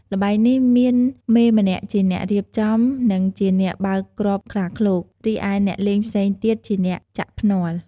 ល្បែងនេះមានមេម្នាក់ជាអ្នករៀបចំ និងជាអ្នកបើកគ្រាប់ខ្លាឃ្លោក រីឯអ្នកលេងផ្សេងទៀតជាអ្នកចាក់ភ្នាល់។